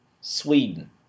Sweden